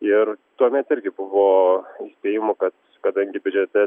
ir tuomet irgi buvo įspėjimų kad kadangi biudžete